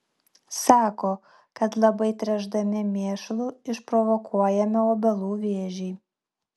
sako kad labai tręšdami mėšlu išprovokuojame obelų vėžį